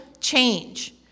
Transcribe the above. change